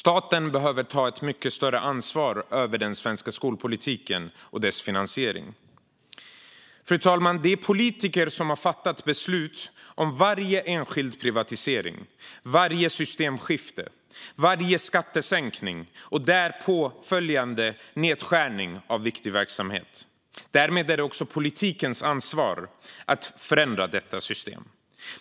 Staten behöver ta ett mycket större ansvar för den svenska skolpolitiken och dess finansiering. Fru talman! Det är politiker som har fattat beslut om varje enskild privatisering, varje systemskifte, varje skattesänkning och därpå följande nedskärning av viktig verksamhet. Därmed är det också politikens ansvar att förändra detta system.